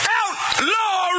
outlaw